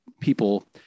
people